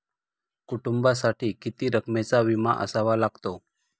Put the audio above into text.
कुटुंबासाठी किती रकमेचा विमा असावा लागतो?